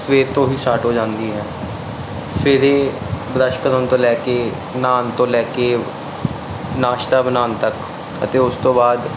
ਸਵੇਰ ਤੋਂ ਹੀ ਸਟਾਰਟ ਹੋ ਜਾਂਦੀ ਹੈ ਸਵੇਰੇ ਬ੍ਰਸ਼ ਕਰਨ ਤੋਂ ਲੈ ਕੇ ਨਹਾਉਣ ਤੋਂ ਲੈ ਕੇ ਨਾਸ਼ਤਾ ਬਣਾਉਣ ਤੱਕ ਅਤੇ ਉਸ ਤੋਂ ਬਾਅਦ